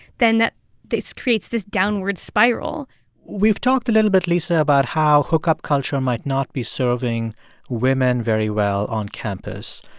then this creates this downward spiral we've talked a little bit, lisa, about how hookup culture might not be serving women very well on campus.